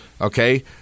Okay